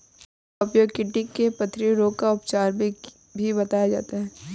कुर्थी का उपयोग किडनी के पथरी रोग के उपचार में भी बताया जाता है